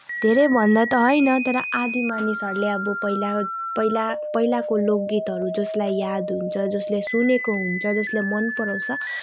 धेरैभन्दा त होइन तर आधि मानिसहरूले अब पहिला पहिला पहिलाको लोकगीतहरू जसलाई याद हुन्छ जसले सुनेको हुन्छ जसले मन पराउँछ